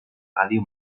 ràdio